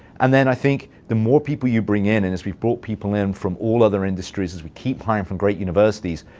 and then i think the more people you bring in, and as we brought people in from all other industries, as we keep hiring from great universities,